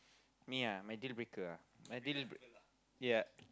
me ah my deal breaker ah my deal break~ yeah